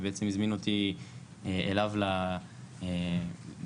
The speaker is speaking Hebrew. ובעצם הזמין אותי אליו להתאמן.